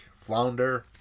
Flounder